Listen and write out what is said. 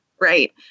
Right